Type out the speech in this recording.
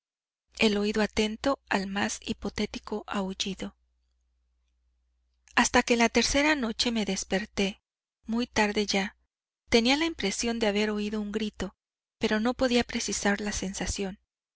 el oído atento al más hipotético aullido hasta que la tercera noche me desperté muy tarde ya tenía la impresión de haber oído un grito pero no podía precisar la sensación